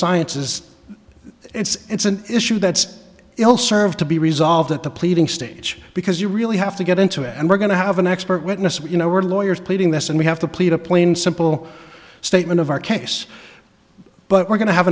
science is it's an issue that's ill served to be resolved at the pleading stage because you really have to get into and we're going to have an expert witness but you know we're lawyers pleading this and we have to plead a plain simple statement of our case but we're going to have